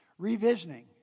Revisioning